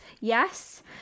yes